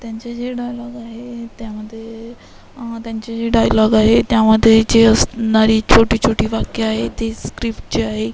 त्यांचे जे डॉयलॉग आहे त्यामध्ये त्यांचे जे डायलॉग आहे त्यामध्ये जे असणारी छोटीछोटी वाक्यं आहे ते स्क्रिफ्ट जे आहे